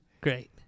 Great